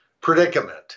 predicament